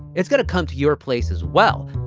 it's going to come to your place as well